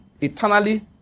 eternally